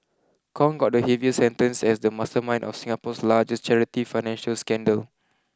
Kong got the heaviest sentence as the mastermind of Singapore's largest charity financial scandal